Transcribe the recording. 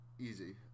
easy